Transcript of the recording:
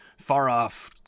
far-off